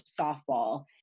softball